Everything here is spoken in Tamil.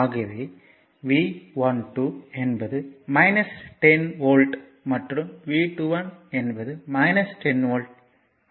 ஆகவே V12 என்பது 10 வோல்ட் மற்றும் V21 என்பது 10 வோல்ட்